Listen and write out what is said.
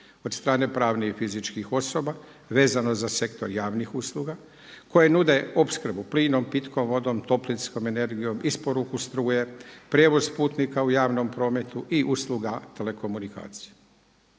od strane pravnih i fizičkih osoba vezano za sektor javnih usluga koje nude opskrbom plinom, pitkom vodom, toplinskom energijom, isporuku struje, prijevoz putnika u javnom prometu i usluga telekomunikacija.